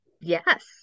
Yes